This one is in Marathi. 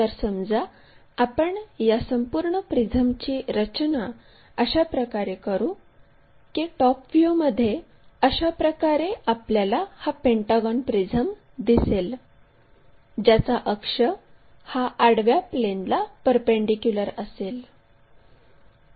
तर समजा आपण या संपूर्ण प्रिझमची रचना अशा प्रकारे करू की टॉप व्ह्यूमध्ये अशाप्रकारे आपल्याला हा पेंटागॉन प्रिझम दिसेल ज्याचा अक्ष हा आडव्या प्लेनला परपेंडीक्युलर असेल